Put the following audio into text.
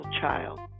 Child